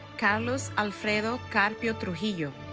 karlos alfredo carpio trujillo